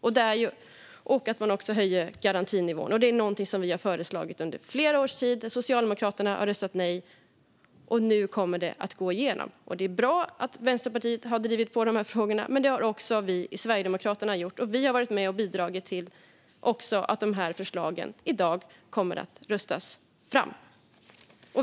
Garantinivån höjs också, vilket är någonting som vi från Sverigedemokraterna har föreslagit under flera års tid. Socialdemokraterna har röstat nej, men nu kommer det att gå igenom. Det är bra att Vänsterpartiet har drivit på i dessa frågor, men det har också vi i Sverigedemokraterna gjort. Vi har varit med och bidragit till att de här förslagen i dag kommer att röstas fram.